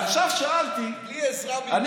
עכשיו שאלתי, בלי עזרה בכלל.